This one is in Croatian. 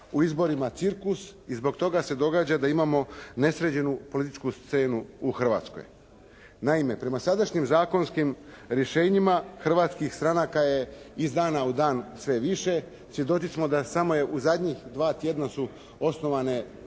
u izborima cirkus i zbog toga se događa da imamo nesređenu političku scenu u Hrvatskoj. Naime, prema sadašnjim zakonskim rješenjima hrvatskih stranaka je iz dana u dan sve više. Svjedoci smo da samo je u zadnja dva tjedna su osnovane